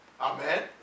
Amen